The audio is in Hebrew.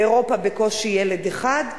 באירופה בקושי ילד אחד,